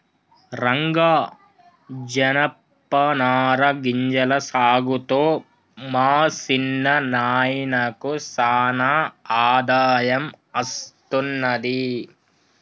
రంగా జనపనార గింజల సాగుతో మా సిన్న నాయినకు సానా ఆదాయం అస్తున్నది